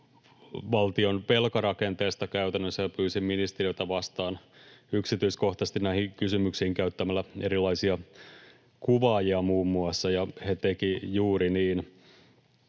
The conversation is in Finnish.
valtion velkarakenteeseen liittyen käytännössä pyysin ministeriötä vastaamaan yksityiskohtaisesti näihin kysymyksiin käyttämällä muun muassa erilaisia kuvaajia, ja he tekivät juuri niin.